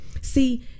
See